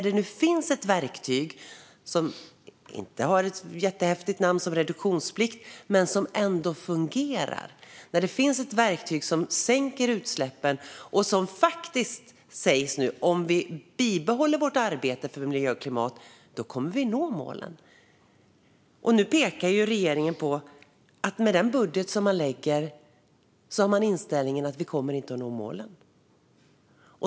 Det finns nu ett verktyg som inte har ett jättehäftigt namn, reduktionsplikt, men som ändå fungerar. Det finns ett verktyg som minskar utsläppen. Det sägs nu att om vi bibehåller vårt arbete för miljö och klimat kommer vi att nå målen. Nu pekar regeringen på att med den budget som den lägger fram har man inställningen att vi inte kommer att nå målen.